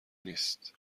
نیست